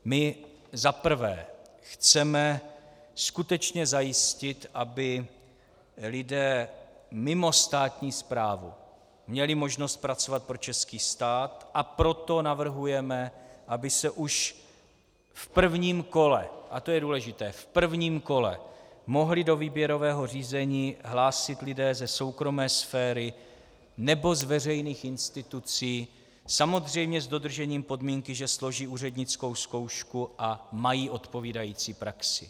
My, za prvé, chceme skutečně zajistit, aby lidé mimo státní správu měli možnost pracovat pro český stát, a proto navrhujeme, aby se už v prvním kole, a to je důležité, v prvním kole mohli do výběrového řízení hlásit lidé ze soukromé sféry nebo z veřejných institucí, samozřejmě s dodržením podmínky, že složí úřednickou zkoušku a mají odpovídající praxi.